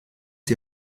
die